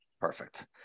Perfect